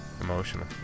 emotional